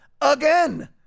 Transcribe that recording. Again